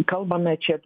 kalbame čia